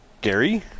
Gary